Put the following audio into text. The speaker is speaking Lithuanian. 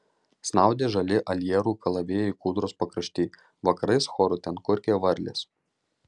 snaudė žali ajerų kalavijai kūdros pakrašty vakarais choru ten kurkė varlės